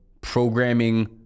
programming